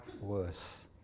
worse